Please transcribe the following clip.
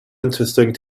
interesting